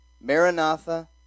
Maranatha